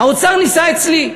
האוצר ניסה אצלי.